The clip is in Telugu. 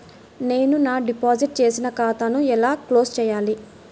నేను నా డిపాజిట్ చేసిన ఖాతాను ఎలా క్లోజ్ చేయాలి?